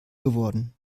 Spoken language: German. geworden